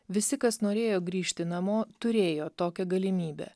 visi kas norėjo grįžti namo turėjo tokią galimybę